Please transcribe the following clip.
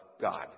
God